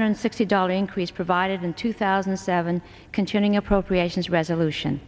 hundred sixty dollars increase provided in two thousand and seven concerning appropriations resolution